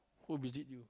who visit you